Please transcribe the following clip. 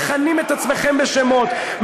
מכנים את עצמכם בשמות,